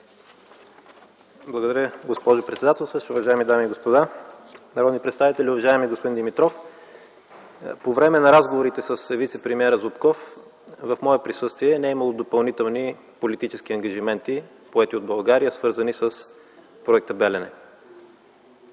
Благодаря, госпожо председател. Уважаеми дами и господа народни представители, уважаеми господин Димитров! По време на разговорите с вицепремиера Зубков в мое присъствие не е имало допълнителни политически ангажименти, поети от България, свързани с проекта „Белене”.